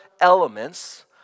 elements